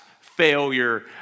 Failure